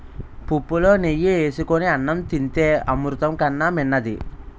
పుప్పులో నెయ్యి ఏసుకొని అన్నం తింతే అమృతం కన్నా మిన్నది